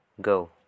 go